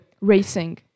Racing